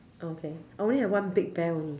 okay I only have one big bear only